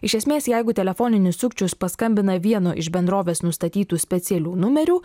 iš esmės jeigu telefoninius sukčius paskambina vienu iš bendrovės nustatytų specialių numerių